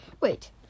Wait